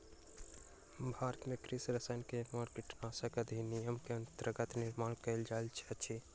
भारत में कृषि रसायन के निर्माण कीटनाशक अधिनियम के अंतर्गत निर्माण कएल जाइत अछि